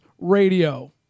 Radio